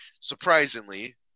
Surprisingly